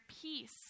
peace